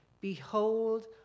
Behold